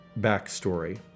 backstory